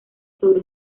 sobre